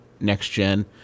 next-gen